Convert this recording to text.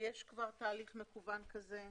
יש כבר תהליך מקוון כזה.